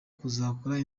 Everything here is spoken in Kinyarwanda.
kuzakorana